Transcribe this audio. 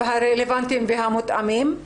רלוונטיים ומותאמים.